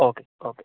okay okay